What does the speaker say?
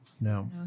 No